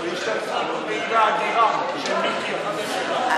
עבודה אדירה של מיקי וחבר שלו,